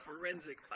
forensic